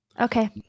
Okay